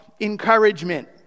encouragement